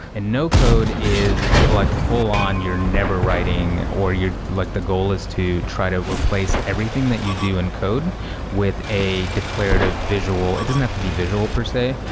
and no code is like full on you're never writing or like the goal is to try to replace everything that you do encode with a declarative visual. it doesn't have to be visual per se,